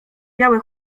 białe